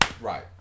Right